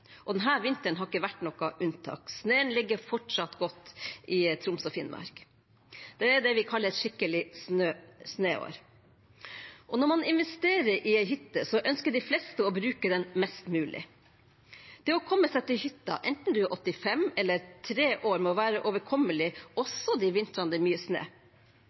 vinteren har ikke vært noe unntak – snøen ligger fortsatt godt i Troms og Finnmark. Det er det vi kaller et skikkelig snøår. Når man investerer i en hytte, så ønsker de fleste å bruke den mest mulig. Det å komme seg til hytta, enten du er 85 år eller 3 år, må være overkommelig også de vintrene